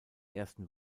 ersten